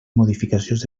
modificacions